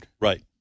Right